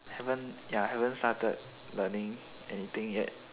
haven't ya haven't started learning anything yet